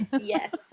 Yes